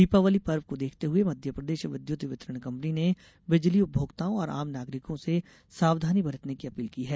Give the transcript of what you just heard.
दीपावली पर्व को देखते हुए मध्यप्रदेश विद्युत वितरण कम्पनी ने बिजली उपभोक्ताओं और आम नागरिकों से सावधानी बरतने की अपील की है